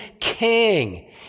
king